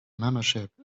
membership